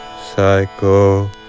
Psycho